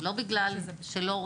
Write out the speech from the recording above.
לא בגלל שלא רוצים,